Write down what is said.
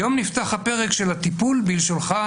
היום נפתח הפרק של הטיפול בלשונך,